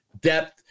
depth